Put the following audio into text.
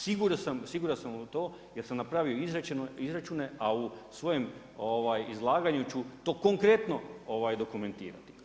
Siguran sam u to jer sam napravio izračune a u svojem izlaganju ću to konkretno dokumentirati.